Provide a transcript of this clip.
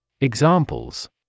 Examples